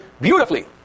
beautifully